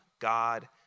God